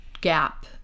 gap